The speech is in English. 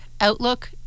Outlook